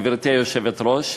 גברתי היושבת-ראש,